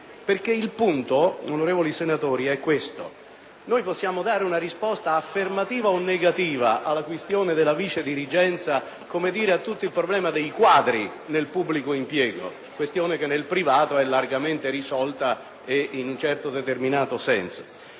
Il punto, onorevoli senatori, è il seguente. Possiamo dare una risposta affermativa o negativa alla questione della vicedirigenza e al problema dei quadri nel pubblico impiego, questione che nel privato è ampiamente risolta in un certo senso.